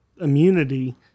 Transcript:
immunity